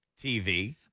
TV